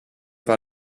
par